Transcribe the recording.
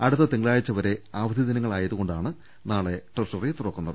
അടുത്ത തിങ്കളാഴ്ച വരെ അവധി ദിനങ്ങളായതുകൊണ്ടാണ് നാളെ ട്രഷറി തുറക്കുന്നത്